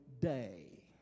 day